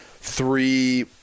three